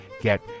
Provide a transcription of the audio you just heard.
get